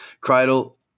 Cradle